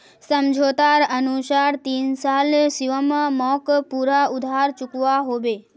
समझोतार अनुसार तीन साल शिवम मोक पूरा उधार चुकवा होबे